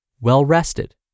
well-rested